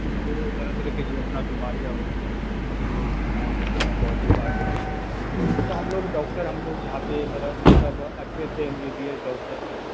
जो तरह तरह के जो अपना बीमारियाँ होती हैं जो अपना हाँ बॉडी पार्ट का तो उसका हम लोग डॉक्टर हम लोग यहाँ पर ये करा है मतलब अच्छे अच्छे M B B S doctor सब हैं